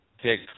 Pick